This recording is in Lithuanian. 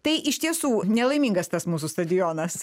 tai iš tiesų nelaimingas tas mūsų stadionas